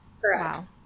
Correct